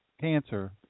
cancer